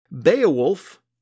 Beowulf